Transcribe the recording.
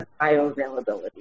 bioavailability